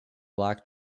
black